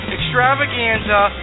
Extravaganza